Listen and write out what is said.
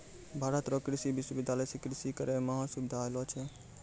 भारत रो कृषि विश्वबिद्यालय से कृषि करै मह सुबिधा होलो छै